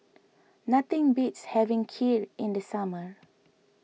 nothing beats having Kheer in the summer